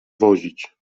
wozić